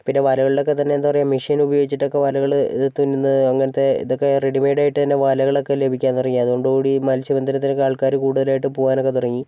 പിന്നെ വലകളിലൊക്കെ തന്നെ എന്താണ് പറയുക മെഷീൻ ഉപയോഗിച്ചിട്ടൊക്കെ വലകൾ തുന്നുന്നത് അങ്ങനത്തെ ഇതൊക്കെ റെഡിമെയ്ഡ് ആയിട്ട് തന്നെ വലകളൊക്കെ ലഭിക്കാൻ തുടങ്ങി അതോടുകൂടി മത്സ്യബന്ധനത്തിനൊക്കെ ആൾക്കാർ കൂടുതലായിട്ട് പോവാനൊക്കെ തുടങ്ങി